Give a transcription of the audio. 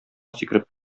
сикереп